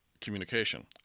communication